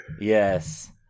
Yes